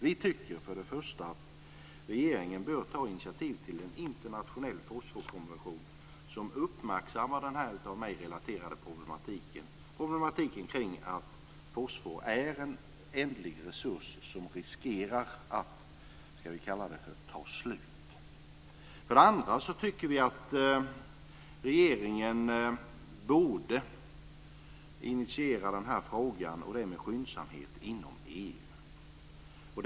Vi tycker för det första att regeringen bör ta initiativ till en internationell fosforkonvention som uppmärksammar den av mig relaterade problematiken kring att fosfor är en ändlig resurs som riskerar att "ta slut". För det andra tycker vi att regeringen borde initiera den här frågan, och det med skyndsamhet, inom EU.